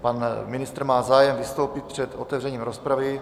Pan ministr má zájem vystoupit před otevřením rozpravy.